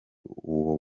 uwo